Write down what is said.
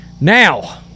Now